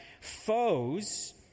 foes